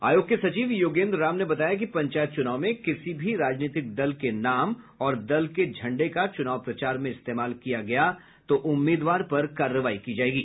आयोग के सचिव योगेन्द्र राम ने बताया कि पंचायत चुनाव में किसी भी राजनीतिक दल के नाम और दल के झंडे का चुनाव प्रचार में इस्तेमाल किया गया तो उम्मीदवार पर कार्रवाई की जायेगी